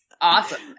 awesome